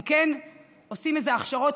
הם כן עושים איזשהן הכשרות,